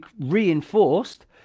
reinforced